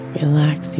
relax